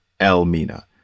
Elmina